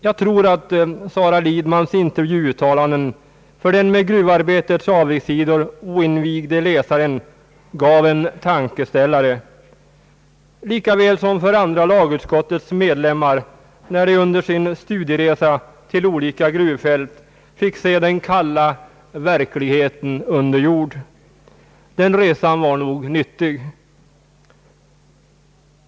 Jag tror att Sara Lidmans intervjuuttalanden gav en tankeställare åt den med gruvarbetets avigsidor oinvigde läsaren, liksom åt andra lagutskottets medlemmar, när de under sin studieresa till olika gruvfält fick se den kalla verkligheten under jord. Den resan var nog nyttig.